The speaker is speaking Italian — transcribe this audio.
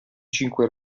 cinque